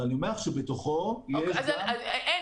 אבל אני אומר לך שבתוכו יש גם עסקים קטנים.